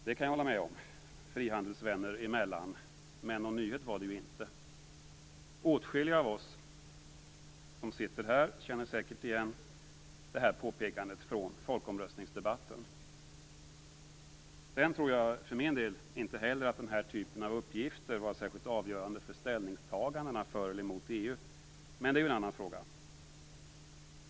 Det kan vi frihandelsvänner hålla med om. Men någon nyhet var det inte. Åtskilliga av oss som sitter här känner säkert igen det här påpekandet från folkomröstningsdebatten. Jag tror inte heller att den här typen av uppgifter var särskilt avgörande för ställningstagandena för eller emot EU, men det är en annan fråga.